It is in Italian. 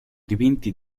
dipinti